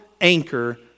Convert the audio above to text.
anchor